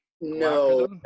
no